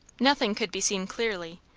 nothing could be seen clearly,